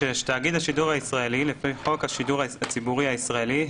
(6)תאגיד השידור הישראלי לפי חוק השידור הציבורי הישראלי,